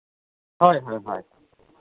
ᱦᱳᱭ ᱦᱳᱭ